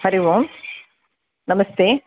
हरिः ओं नमस्ते